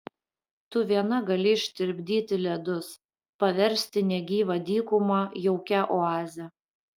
tu viena gali ištirpdyti ledus paversti negyvą dykumą jaukia oaze